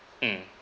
mm